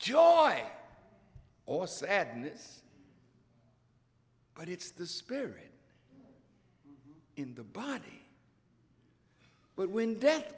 joy or sadness but it's the spirit in the body but when